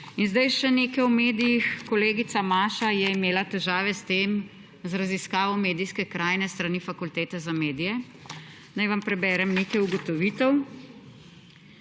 Še nekaj o medijih. Kolegica Maša je imela težave z raziskavo medijske krajine s strani Fakultete za medije. Naj vam preberem nekaj ugotovitev.